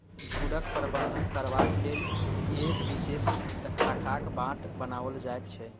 झुंडक प्रबंधन करबाक लेल एक विशेष खाकाक बाट बनाओल जाइत छै